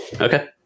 Okay